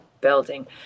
building